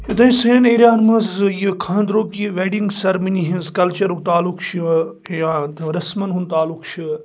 یوٚتانۍ سون اِیرِیا ہَن منٛز خانٛدرُک یہِ ویٚڈِنگ سٔرمٔنی ہنٛز کَلچَر تَعلُق چھِ یا رَسمَن ہُنٛد تَعلُق چھُ